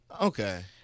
Okay